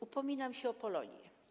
Upominam się o Polonię.